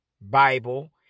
Bible